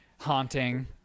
haunting